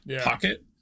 pocket